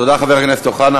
תודה, חבר הכנסת אוחנה.